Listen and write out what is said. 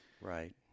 Right